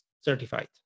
certified